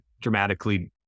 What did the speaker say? dramatically